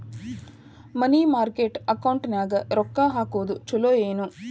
ಮನಿ market ಅಕೌಂಟಿನ್ಯಾಗ ರೊಕ್ಕ ಹಾಕುದು ಚುಲೊ ಏನು